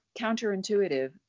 counterintuitive